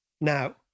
now